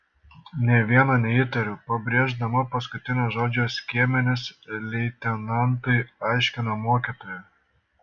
nė vieno neįtariu pabrėždama paskutinio žodžio skiemenis leitenantui aiškina mokytoja